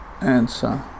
answer